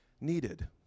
needed